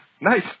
nice